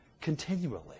Continually